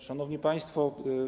Szanowni Państwo!